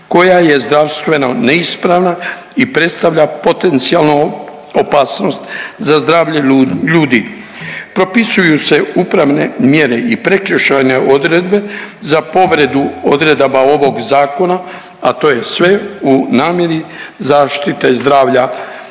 koja je zdravstveno neispravna i predstavlja potencijalno opasnost za zdravlje ljudi. Propisuju se upravne mjere i prekršajne odredbe za povredu odredaba ovog zakona, a to je sve u namjeri zaštite zdravlja